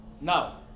Now